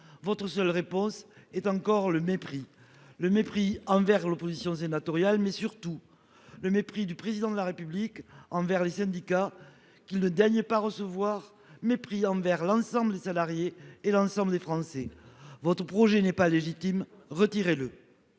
votre seule réponse est encore le mépris. Mépris envers l'opposition sénatoriale. Mépris du Président de la République envers les syndicats, qu'il ne daigne pas recevoir. Mépris envers l'ensemble des salariés et des Français. Votre projet n'est pas légitime, retirez-le